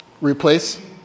Replace